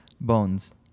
Bones